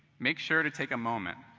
make sure to take a moment,